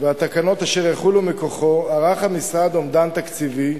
והתקנות שיחולו מכוחו, ערך המשרד אומדן תקציבי.